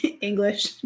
English